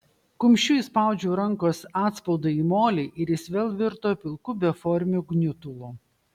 kumščiu įspaudžiau rankos atspaudą į molį ir jis vėl virto pilku beformiu gniutulu